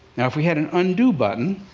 now, if we had an undo button,